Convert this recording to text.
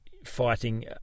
fighting